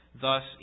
Thus